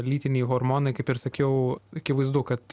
lytiniai hormonai kaip ir sakiau akivaizdu kad